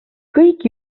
kõik